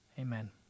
Amen